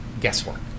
guesswork